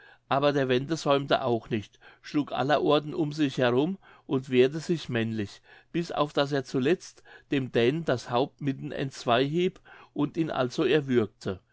aber der wende säumte auch nicht schlug aller orten um sich herum und wehrte sich männlich bis auf daß er zuletzt dem dänen das haupt mitten entzwei hieb und ihn also erwürgte